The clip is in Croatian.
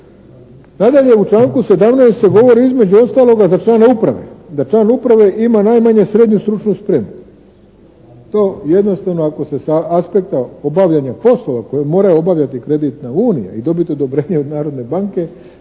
u članku 17. se govori između ostaloga za člana uprave da član uprave ima najmanje srednju stručnu spremu. To jednostavno ako se sa aspekta obavljanja poslova koje mora obavljati kreditna unija i dobiti odobrenje od Narodne banke